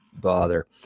bother